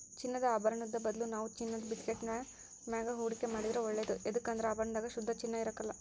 ಚಿನ್ನದ ಆಭರುಣುದ್ ಬದಲು ನಾವು ಚಿನ್ನುದ ಬಿಸ್ಕೆಟ್ಟಿನ ಮ್ಯಾಗ ಹೂಡಿಕೆ ಮಾಡಿದ್ರ ಒಳ್ಳೇದು ಯದುಕಂದ್ರ ಆಭರಣದಾಗ ಶುದ್ಧ ಚಿನ್ನ ಇರಕಲ್ಲ